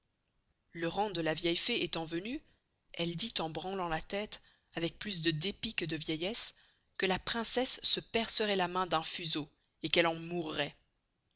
le rang de la vieille fée estant venu elle dit en branlant la teste encore plus de dépit que de vieillesse que la princesse se perceroit la main d'un fuseau et qu'elle en mourroit